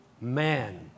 man